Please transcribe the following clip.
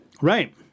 Right